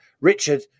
Richard